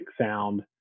sound